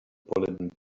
bulletin